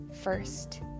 first